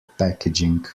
packaging